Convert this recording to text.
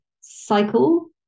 cycle